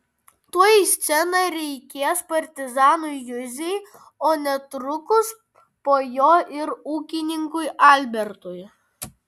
tuoj į sceną reikės partizanui juzei o netrukus po jo ir ūkininkui albertui